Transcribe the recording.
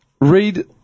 Read